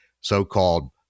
so-called